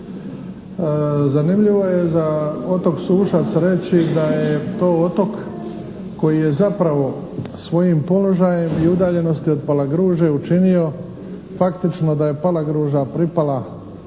Zanimljivo je za otok Sušac reći da je to otok koji je zapravo svojim položajem i udaljenosti od Palagruže faktično da je Palagruža pripala